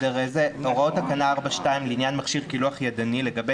הוראות תקנה 4(2) לעניין מכשיר קילוח ידני לגבי